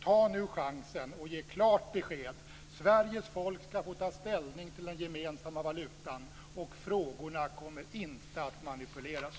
Ta nu chansen och ge klart besked: Sveriges folk ska få ta ställning till den gemensamma valutan - och frågorna kommer inte att manipuleras!